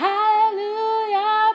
Hallelujah